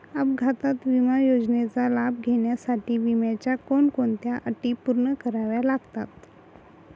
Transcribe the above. अपघात विमा योजनेचा लाभ घेण्यासाठी विम्याच्या कोणत्या अटी पूर्ण कराव्या लागतात?